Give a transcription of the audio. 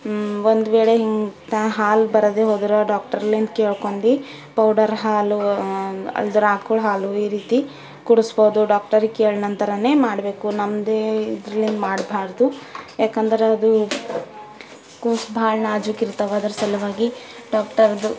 ಒಂದು ವೇಳೆ ಹಿಂಗೆ ಹಾಲು ಬರದೇ ಹೋದರೆ ಡಾಕ್ಟ್ರಲಿಂದ ಕೇಳ್ಕೊಂಡು ಪೌಡರ್ ಹಾಲು ಅಲ್ಲದಿರಾ ಆಕಳು ಹಾಲು ಈ ರೀತಿ ಕುಡಿಸ್ಬೋದು ಡಾಕ್ಟರಿಗೆ ಕೇಳಿ ನಂತರನೇ ಮಾಡಬೇಕು ನಮ್ದೆ ಇದ್ರಲ್ಲಿಂದ ಮಾಡ್ಬಾರ್ದು ಏಕೆಂದ್ರೆ ಅದು ಕೂಸು ಭಾಳ ನಾಜೂಕು ಇರ್ತಾವೆ ಅದರ ಸಲುವಾಗಿ ಡಾಕ್ಟರ್ಗು